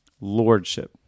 lordship